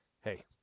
Hey